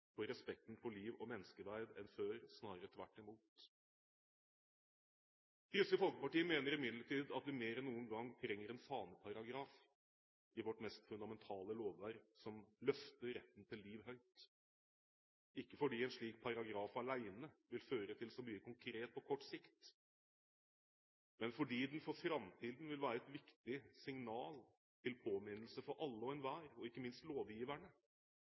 respekten for liv og menneskeverd enn før – snarere tvert imot. Kristelig Folkeparti mener imidlertid at vi mer enn noen gang trenger en faneparagraf i vårt mest fundamentale lovverk, som løfter retten til liv høyt – ikke fordi en slik paragraf alene vil føre til så mye konkret på kort sikt, men fordi den for framtiden vil være et viktig signal til påminnelse for alle og enhver, og ikke minst for lovgiverne,